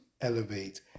elevate